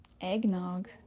Eggnog